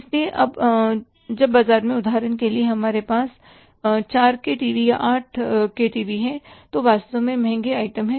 इसलिए अब बाजार में उदाहरण के लिए हमारे पास 4K टीवी या 8K टीवी हैं जो वास्तव में महंगे आइटम हैं